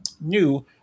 New